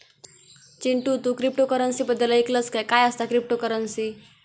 चिंटू, तू क्रिप्टोकरंसी बद्दल ऐकलंस काय, काय असता क्रिप्टोकरंसी?